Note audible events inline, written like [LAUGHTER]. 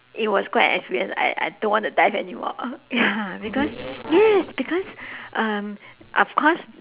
it was quite an experience I I don't want to dive anymore [NOISE] ya because yes because um of course